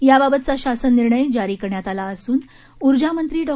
याबाबतचा शासन निर्णय जारी करण्यात आला असून ऊर्जामंत्री डॉ